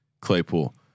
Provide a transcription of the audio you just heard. Claypool